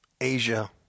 Asia